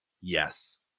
yes